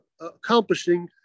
accomplishing